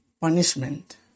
punishment